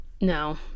No